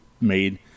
made